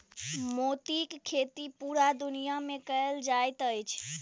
मोतीक खेती पूरा दुनिया मे कयल जाइत अछि